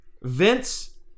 Vince